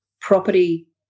property